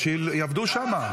אז שיעבדו שם.